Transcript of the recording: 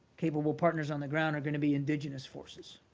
capable partners on the ground are going to be indigenous forces.